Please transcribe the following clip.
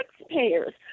taxpayers